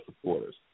supporters